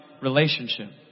relationship